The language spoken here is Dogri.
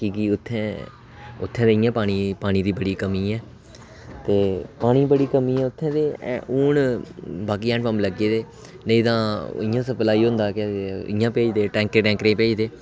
कि जे उत्थै पानी दी बड़ी कमी ऐ ते हुन उत्थै हैंड पम्प लग्गे दे नेईं ते इयां सपलाई होंदा ते टैंकरे नै भेजदे